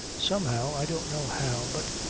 somehow i don't know how but,